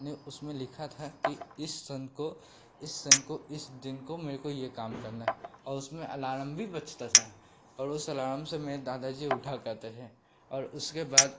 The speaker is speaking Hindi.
ने उसमें लिखा था कि इस सन को इस सन को इस दिन को मेरे को यह काम करना है और उसमें अलारम भी बजता था और उस अलारम से मेरे दादा जी उठा करते थे और उसके बाद